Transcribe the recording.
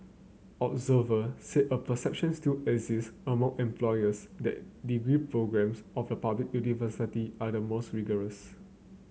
observer said a perception still exists among employers that degree programmes of the public university are more rigorous